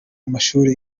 amashuri